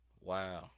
wow